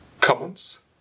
Comments